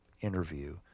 interview